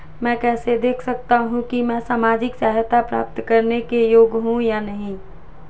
मैं कैसे देख सकता हूं कि मैं सामाजिक सहायता प्राप्त करने योग्य हूं या नहीं?